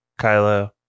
Kylo